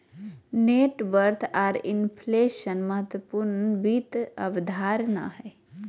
net worth आर inflation महत्वपूर्ण वित्त अवधारणा हय